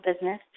business